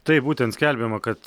taip būtent skelbiama kad